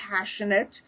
passionate